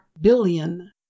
billion